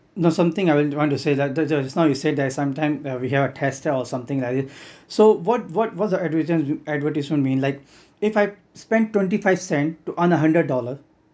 not something I will want to say that ju~ just now you said that sometimes we have a tester or something like that so what what was the original advertisement mean like if I spent twenty five cent to earn a hundred dollar